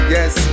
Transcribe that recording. Yes